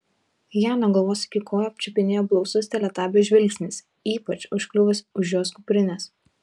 ją nuo galvos iki kojų apčiupinėjo blausus teletabio žvilgsnis ypač užkliuvęs už jos kuprinės